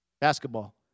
Basketball